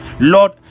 lord